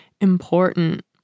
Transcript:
important